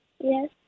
Yes